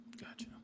Gotcha